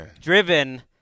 driven